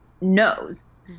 knows